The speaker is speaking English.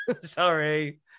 sorry